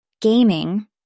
Gaming